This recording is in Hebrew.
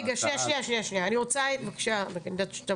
אני רוצה לשמוע